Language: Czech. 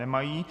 Nemají.